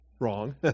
wrong